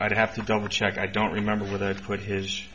i'd have to double check i don't remember whether i'd put his